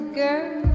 girl